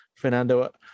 Fernando